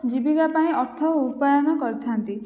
ଜୀବିକା ପାଇଁ ଅର୍ଥ ଉପାର୍ଜନ କରିଥାନ୍ତି